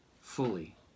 Fully